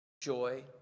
joy